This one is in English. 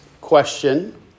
question